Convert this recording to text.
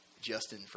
Justin